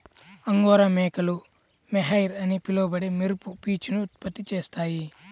angora మేకలు mohair అని పిలువబడే మెరుపు పీచును ఉత్పత్తి చేస్తాయి